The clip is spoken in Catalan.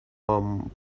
amb